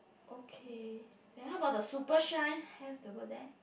okay then how about the super shine have the word there